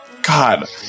God